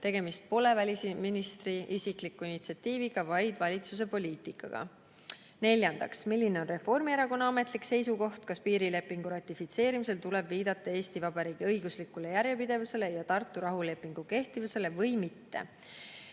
tegemist pole välisministri isikliku initsiatiiviga, vaid valitsuse poliitikaga. Neljandaks: "Milline on Reformierakonna ametlik seisukoht, kas piirilepingu ratifitseerimisel tuleb viidata Eesti Vabariigi õiguslikule järjepidevusele ja Tartu rahulepingu kehtivusele või mitte?"